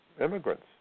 immigrants